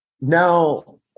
Now